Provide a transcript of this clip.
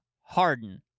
Harden